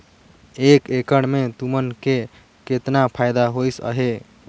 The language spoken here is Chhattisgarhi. एक एकड़ मे तुमन के केतना फायदा होइस अहे